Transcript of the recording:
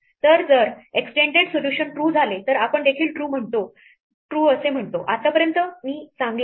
तरजर extend solution true झाले तर आपण देखील true असे म्हणतो की आतापर्यंत मी चांगला आहे